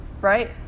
right